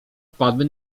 wpadłby